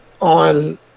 on